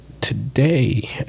today